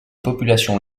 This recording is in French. populations